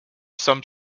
some